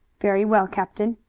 very well, captain.